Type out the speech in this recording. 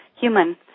human